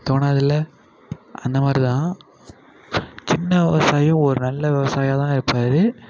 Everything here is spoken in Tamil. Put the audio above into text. தோணாது இல்லை அந்த மாதிரி தான் சின்ன விவசாயும் ஒரு நல்ல விவசாயாகதான் இருப்பார்